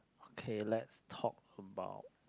okay let's talk about